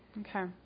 okay